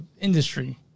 industry